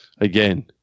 Again